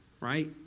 right